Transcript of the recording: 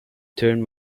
turn